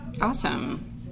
Awesome